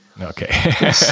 okay